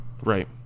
right